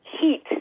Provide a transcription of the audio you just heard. Heat